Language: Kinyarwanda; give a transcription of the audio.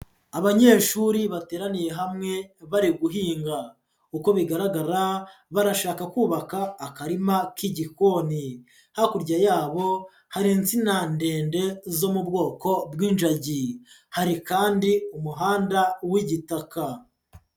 Abanyeshuri bateraniye hamwe bari guhinga, uko bigaragara barashaka kubaka akarima k'igikoni, hakurya yabo hari insina ndende zo mu bwoko bw'injagi, hari kandi umuhanda w'igitaka.